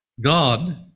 God